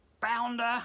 bounder